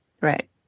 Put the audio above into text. Right